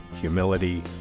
humility